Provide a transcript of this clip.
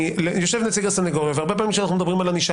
יושב נציג הסנגוריה והרבה פעמים כשאנחנו מדברים על ענישה